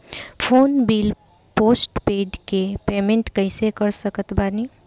Phone bill postpaid के payment कैसे कर सकत बानी?